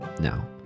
Now